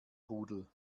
rudel